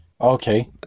Okay